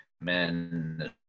men